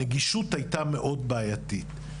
הניגשות הייתה מאוד בעייתית.